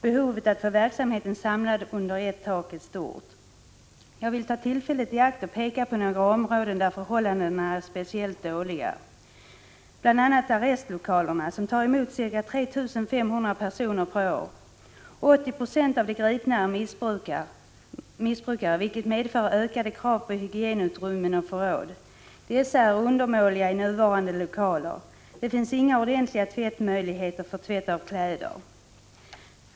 Behovet att få verksamheten samlad under ett tak är stort. Jag vill ta tillfället i akt och peka på några områden där förhållandena är speciellt dåliga. Det gäller bl.a. arrestlokalerna, som tar emot ca 3 500 personer per år. 80 26 av de gripna är missbrukare, vilket medför ökade krav på hygienutrymmen och förråd. Dessa är undermåliga i nuvarande lokaler. Det finns inga ordentliga anordningar för tvätt av kläder.